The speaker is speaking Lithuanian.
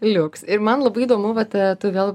liuks ir man labai įdomu vat tu vėl